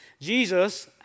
jesus